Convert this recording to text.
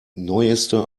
neueste